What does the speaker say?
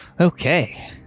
Okay